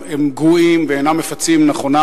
הם גרועים ואינם מפצים נכונה